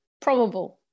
probable